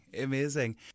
amazing